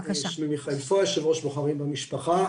שמי מיכאל פואה, יושב-ראש בוחרים במשפחה.